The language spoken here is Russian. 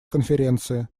конференции